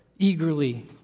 Eagerly